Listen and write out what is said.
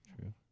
True